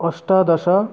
अष्टादश